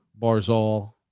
Barzal